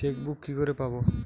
Chequebook কি করে পাবো?